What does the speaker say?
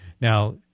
Now